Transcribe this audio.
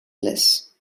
bliss